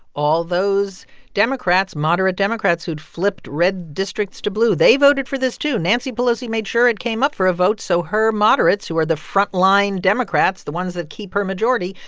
all those democrats moderate democrats who'd flipped red districts to blue, they voted for this, too. nancy pelosi made sure it came up for a vote so her moderates, who are the frontline democrats, the ones that keep her majority,